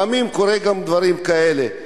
לפעמים קורים גם דברים כאלה,